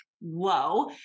whoa